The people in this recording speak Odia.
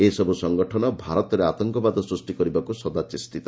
ଏହିସବୁ ସଂଗଠନ ଭାରତରେ ଆତଙ୍କବାଦ ସୃଷ୍ଟି କରିବାକୁ ସଦା ଚେଷ୍ଟିତ